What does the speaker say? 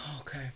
Okay